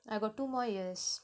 I got two more years